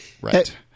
Right